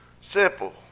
Simple